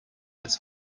its